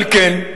על כן,